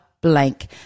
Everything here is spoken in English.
blank